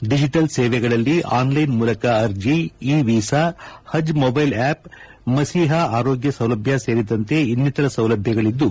digital ಸೇವೆಗಳಲ್ಲಿ online ಮೂಲಕ ಅರ್ಜಿ ಇ ವೀಸಾ ಹಜ್ ಮೊಬ್ಲೆಲ್ ಆಪ್ ಮಸಿಹ ಆರೋಗ್ಲ ಸೌಲಭ್ಲ ಸೇರಿದಂತೆ ಇನ್ನಿತರ ಸೌಲಭ್ಲಗಳದ್ಲು